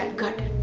and good.